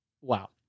Wow